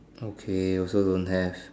okay also don't have